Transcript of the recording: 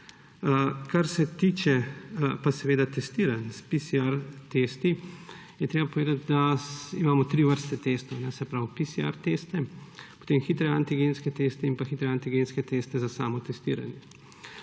Kar se tiče pa testiranj s testi PCR, je treba povedati, da imamo tri vrste testov, se pravi teste PCR, potem hitre antigenske teste in hitre antigenske teste za samotestiranje.